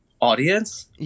audience